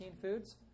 foods